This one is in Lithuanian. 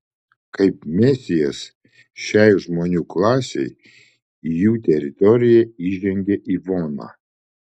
kaip mesijas šiai žmonių klasei į jų teritoriją įžengia ivona